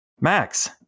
max